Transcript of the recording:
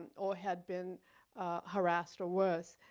or had been harassed or worse,